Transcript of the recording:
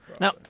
Now